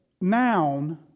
noun